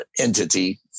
entity